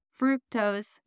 fructose